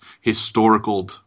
historical –